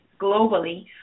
globally